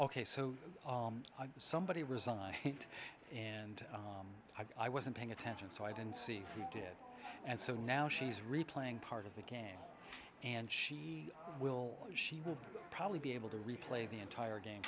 so somebody resigned and i wasn't paying attention so i didn't see who did and so now she's replaying part of the game and she will she will probably be able to replay the entire game